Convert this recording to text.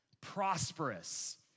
prosperous